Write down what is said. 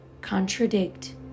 contradict